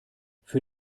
für